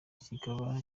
kikaba